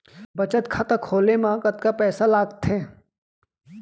बचत खाता खोले मा कतका पइसा लागथे?